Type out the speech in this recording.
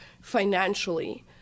financially